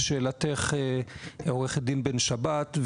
לשאלתך עורכת הדין בן שבת,